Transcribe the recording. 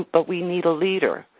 but we need a leader.